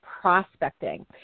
prospecting